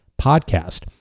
podcast